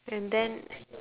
and then